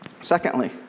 Secondly